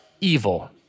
evil